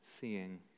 seeing